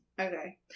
Okay